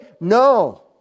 No